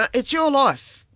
it's your life,